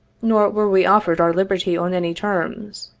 nor were we offered our liberty on any terms.